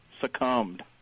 succumbed